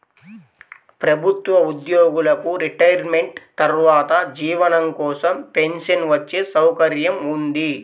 ప్రభుత్వ ఉద్యోగులకు రిటైర్మెంట్ తర్వాత జీవనం కోసం పెన్షన్ వచ్చే సౌకర్యం ఉంది